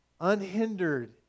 unhindered